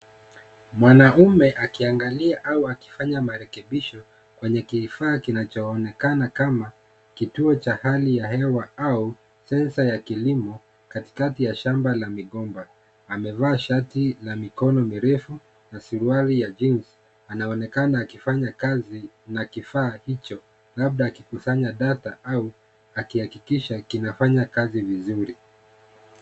Mwanaume akiangalia au akifanya marekebisho kwenye kifaa kinachoonekana kama kituo cha hali ya hewa au sensor ya kilimo katikati ya shamba la migomba, amevaa shati la mikono mirefu na suruali ya jeans anaonekana akifanya kazi na kifaa hicho labda akikusanya data au akihakikisha kinafanya kazi vizuri.